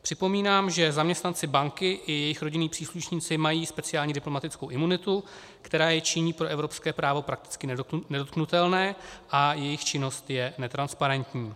Připomínám, že zaměstnanci banky i jejich rodinní příslušníci mají speciální diplomatickou imunitu, která je činí pro evropské právo prakticky nedotknutelné, a jejich činnost je netransparentní.